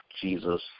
Jesus